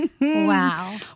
Wow